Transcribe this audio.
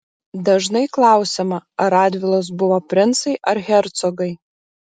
dažnai klausiama ar radvilos buvo princai ar hercogai